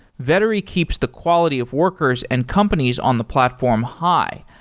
vettery keeps the quality of workers and companies on the platform high,